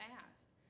asked